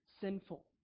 sinful